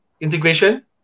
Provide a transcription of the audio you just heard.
integration